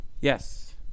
Yes